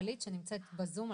שנמצאת בזום.